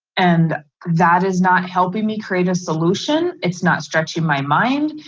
and that is not helping me create a solution. it's not stretching my mind,